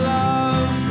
love